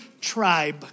tribe